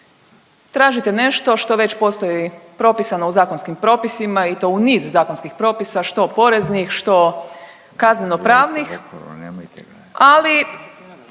Tražite nešto što već postoji propisano u zakonskim propisima i to u niz zakonskih propisa što poreznih, što kazneno-pravnih. Ali